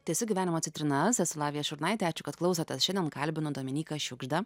tiesiog gyvenimo citrinas esu lavija šurnaitė ačiū kad klausotės šiandien kalbinu dominyką šiugždą